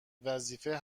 وظیفه